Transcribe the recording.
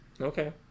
okay